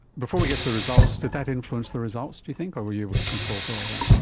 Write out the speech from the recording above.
before we get to the results, did that influence the results, do you think, or were you able to control for all that?